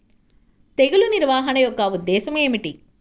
తెగులు నిర్వహణ యొక్క ఉద్దేశం ఏమిటి?